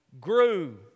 grew